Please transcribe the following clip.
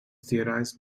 theorized